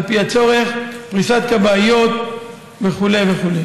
על פי הצורך, פריסת כבאיות וכו'.